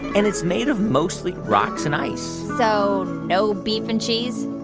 and it's made of mostly rocks and ice so no beef and cheese?